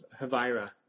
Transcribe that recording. Havira